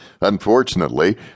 Unfortunately